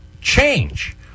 change